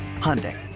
Hyundai